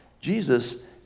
Jesus